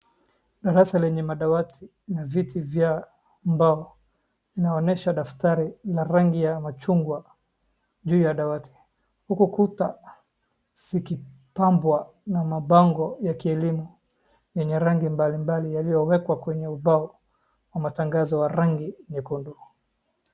Darasa lenye madawa na viti vya mbao inaonyesha daftari ya rangi ya machungwa juu ya dawati huku kuta zikipambwa na mabango la kielimu yenye rangi mbalimbali yaliyowekwa kwenye ubao wa matangazo ya rangi nyekundu.